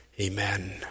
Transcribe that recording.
Amen